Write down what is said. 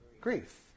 grief